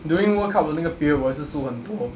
during world cup 的那个 period 我也是输很多